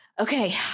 Okay